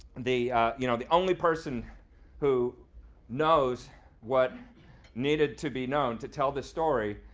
the you know the only person who knows what needed to be known to tell this story,